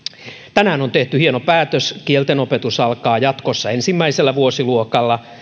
tänään on tehty hieno päätös kieltenopetus alkaa jatkossa ensimmäisellä vuosiluokalla